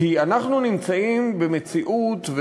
כי אנחנו נמצאים במציאות,